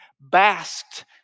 basked